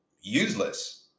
useless